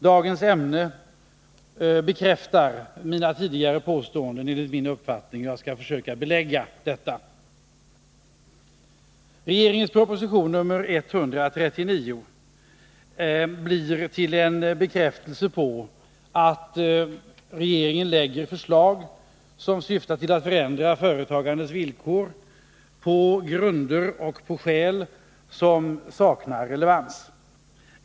Dagens ämne bekräftar enligt min uppfattning mina tidigare påståenden, och jag skall försöka att belägga detta. Regeringens proposition 139 blir till en bekräftelse på att regeringen lägger fram förslag som syftar till att förändra företagandets villkor på grunder som saknar relevans.